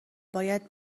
باید